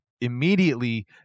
immediately